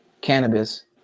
cannabis